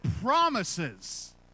promises